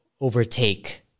overtake